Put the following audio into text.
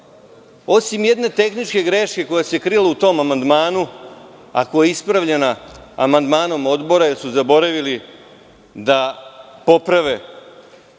osim jedne tehničke greške koja se krila u tom amandmanu, a koja je ispravljana amandmanom odbora jer su zaboravili da poprave